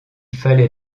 fallait